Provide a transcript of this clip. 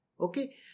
Okay